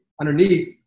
underneath